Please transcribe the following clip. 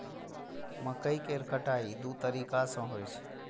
मकइ केर कटाइ दू तरीका सं होइ छै